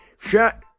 Shut